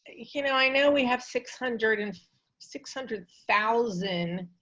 you know, i know we have six hundred and six hundred thousand